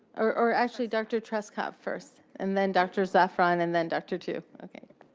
or actually, dr. trescot first, and then dr. zaafran, and then dr. tu. ok.